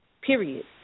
Period